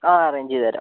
ആ അറേഞ്ച് ചെയ്ത് തരാം